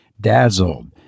Dazzled